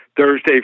Thursday